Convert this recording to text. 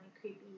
creepy